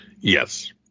Yes